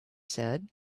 said